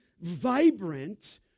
vibrant